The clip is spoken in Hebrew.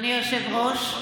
אדוני היושב-ראש,